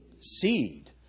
Seed